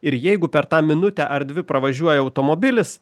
ir jeigu per tą minutę ar dvi pravažiuoja automobilis